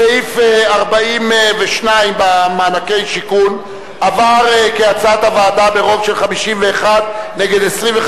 סעיף 42 במענקי השיכון עבר כהצעת הוועדה ברוב של 51 נגד 25